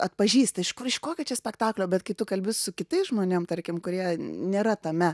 atpažįsta iš iš kokio čia spektaklio bet kai tu kalbi su kitais žmonėm tarkim kurie nėra tame